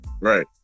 Right